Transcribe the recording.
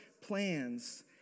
plans